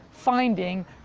finding